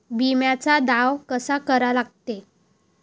बिम्याचा दावा कसा करा लागते?